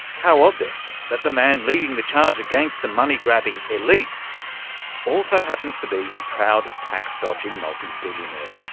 how odd then that the man leading the charge against the money grabbing elites also happens to be a proud tax-dodging multi-billionaire.